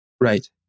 Right